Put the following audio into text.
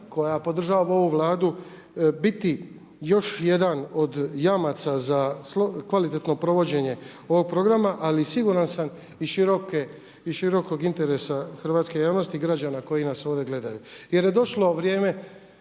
koja podržava ovu Vladu biti još jedan od jamaca za kvalitetno provođenje ovoga programa ali siguran sam i širokog interesa hrvatske javnosti i građana koji nas ovdje gledaju.